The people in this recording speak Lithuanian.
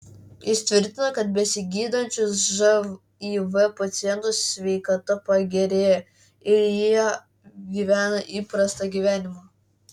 jis tvirtina kad besigydančių živ pacientų sveikata pagerėja ir jie gyvena įprastą gyvenimą